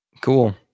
Cool